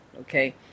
okay